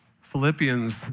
Philippians